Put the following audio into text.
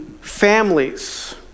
families